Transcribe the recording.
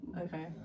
okay